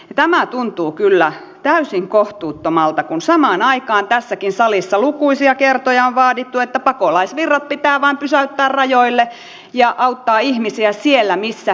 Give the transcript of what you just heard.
tämä tuntuu kyllä täysin kohtuuttomalta kun samaan aikaan tässäkin salissa lukuisia kertoja on vaadittu että pakolaisvirrat pitää vain pysäyttää rajoille ja auttaa ihmisiä siellä missä he jo ovat